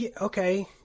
Okay